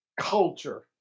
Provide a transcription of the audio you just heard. culture